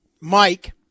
Mike